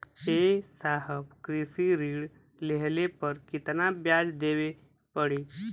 ए साहब कृषि ऋण लेहले पर कितना ब्याज देवे पणी?